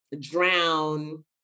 Drown